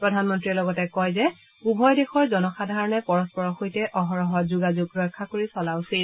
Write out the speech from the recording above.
প্ৰধানমন্ত্ৰীয়ে লগতে কয় যে উভয় দেশৰ জনসাধাৰণে পৰস্পৰৰ সৈতে অহৰহ যোগাযোগ ৰক্ষা কৰি চলা উচিত